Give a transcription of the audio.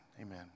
amen